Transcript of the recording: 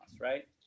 right